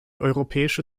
europäische